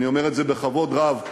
אני אומר את זה בכבוד רב,